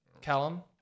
Callum